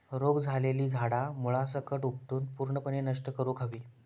रोग झालेली झाडा मुळासकट उपटून पूर्णपणे नष्ट करुक हवी